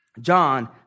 John